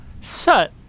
shut